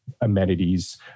amenities